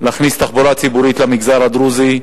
להכניס תחבורה ציבורית למגזר הדרוזי.